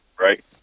right